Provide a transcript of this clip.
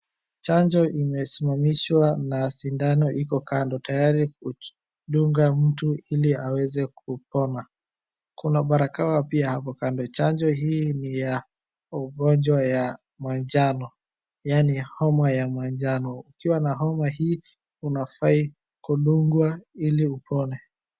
Chanjo imesimamishwa na sindano iko kando tayari kudunga mtu ili aweze kupona. Kuna barakoa pia hapo kando. Chanjo hii ni ya ugonjwa ya manjano, yaani homa ya manjano. Ukiwa na homa hii unafai kudungwa ili upone.